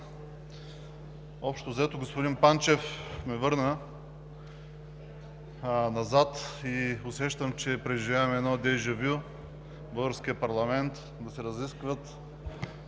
Общо взето господин Панчев ме върна назад. Усещам, че преживявам едно déjà vu – в българския парламент да се разискват,